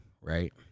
right